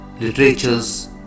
literatures